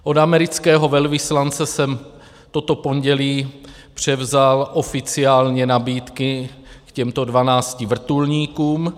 Od amerického velvyslance jsem toto pondělí převzal oficiálně nabídky k těmto 12 vrtulníkům.